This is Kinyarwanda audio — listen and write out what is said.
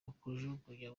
ukujugunya